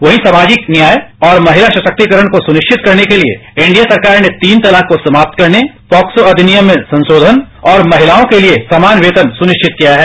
वहीं सामाजिक न्याय और महिला सशक्तिकरण को सुनिश्चित करने के लिए एनडीए सरकार ने तीन तलाक को समाप्त करने पॉक्सो अधिनियम में संशोधन और महिलाओं के लिए सामान वेतन सुनिश्चित किया है